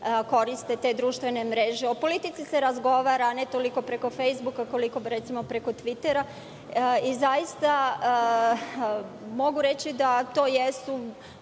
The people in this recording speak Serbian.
koriste te društvene mreže. O politici se razgovara ne toliko preko Fejsbuka, koliko recimo preko Tvitera i zaista mogu reći da to jesu